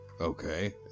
okay